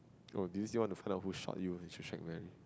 oh do you still want to find out who shot you you should check man